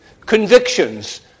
convictions